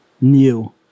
new